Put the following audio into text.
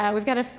and we've got a,